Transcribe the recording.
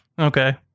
Okay